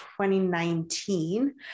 2019